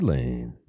Lane